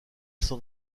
s’en